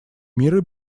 мира